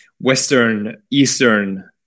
Western-Eastern